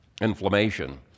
inflammation